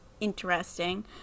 interesting